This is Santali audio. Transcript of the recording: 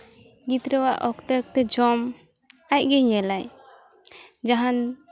ᱜᱤᱫᱽᱨᱟᱹᱣᱟᱜ ᱚᱠᱛᱮ ᱚᱠᱛᱮ ᱡᱚᱢ ᱟᱡᱜᱮ ᱧᱮᱞᱟᱭ ᱡᱟᱦᱟᱱ